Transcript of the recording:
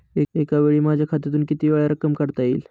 एकावेळी माझ्या खात्यातून कितीवेळा रक्कम काढता येईल?